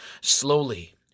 Slowly